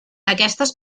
aquestes